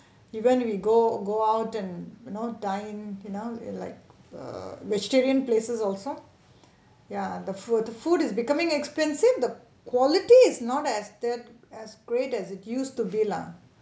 even we go go out and you know dine in now it like err vegetarian places also ya the food food is becoming expensive the quality is not as that as great as it used to be lah